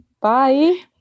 Bye